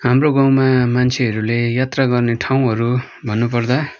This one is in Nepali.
हाम्रो गाउँमा मान्छेहरूले यात्रा गर्ने ठाउँहरू भन्नुपर्दा